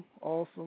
awesome